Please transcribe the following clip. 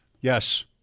yes